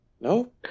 no